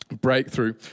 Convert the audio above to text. breakthrough